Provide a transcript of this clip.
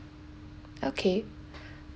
okay